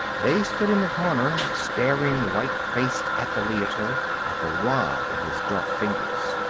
they stood in the corner, staring white-faced at the leiter, at the rod in his dark fingers.